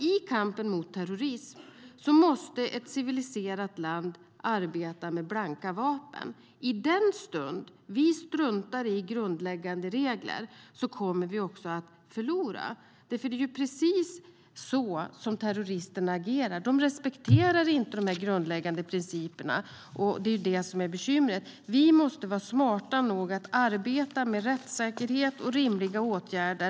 I kampen mot terrorism måste ett civiliserat land arbeta med blanka vapen. I den stund som vi struntar i grundläggande regler kommer vi att förlora. Det är precis så som terroristerna agerar. De respekterar inte de grundläggande principerna, och det är det som är bekymret. Vi måste vara smarta nog att arbeta med rättssäkerhet och rimliga åtgärder.